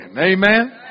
Amen